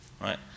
Right